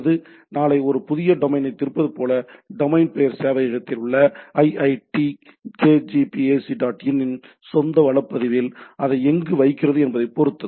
எனவே நாளை ஒரு புதிய டொமைனைத் திறப்பது போல டொமைன் பெயர் சேவையகத்தில் உள்ள iitkgp ac dotன் சொந்த வள பதிவில் அதை எங்கு வைக்கிறது என்பதைப் பொறுத்தது